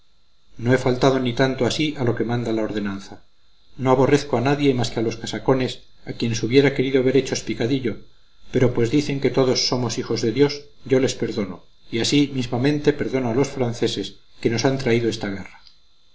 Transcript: no he faltado ni tanto así a lo que manda la ordenanza no aborrezco a nadie más que a los casacones a quienes hubiera querido ver hechos picadillo pero pues dicen que todos somos hijos de dios yo les perdono y así mismamente perdono a los franceses que nos han traído esta guerra